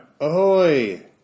Ahoy